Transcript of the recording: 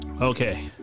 okay